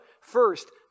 first